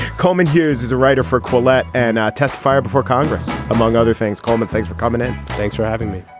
coleman hughes is a writer for colette and testified before congress. among other things. coleman thanks for coming in. thanks for having me